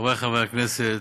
חברי חברי הכנסת,